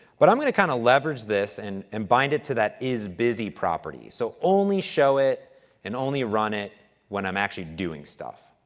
but i'm going to kind of leverage this and and bind it to that is busy property. so, only show it and only run it when i'm actually doing stuff.